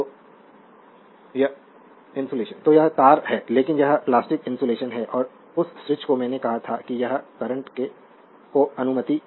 तो यह तार है लेकिन यह प्लास्टिक इन्सुलेशन है और उस स्विच को मैंने कहा था कि यह करंट को अनुमति देगा